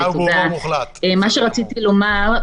מה שרציתי לומר,